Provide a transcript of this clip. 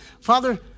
Father